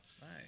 Nice